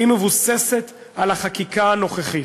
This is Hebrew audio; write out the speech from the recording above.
והיא מבוססת על החקיקה הנוכחית.